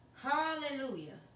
Hallelujah